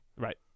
right